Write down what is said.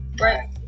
Right